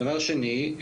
דבר שני,